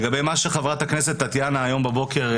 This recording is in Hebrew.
לגבי מה שחברת הכנסת טטיאנה ציינה הבוקר,